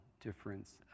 Difference